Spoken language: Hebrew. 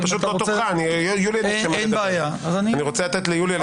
אני רוצה לתת ליוליה לדבר.